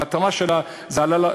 המטרה שלהם,